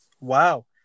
Wow